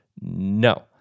no